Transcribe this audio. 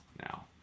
now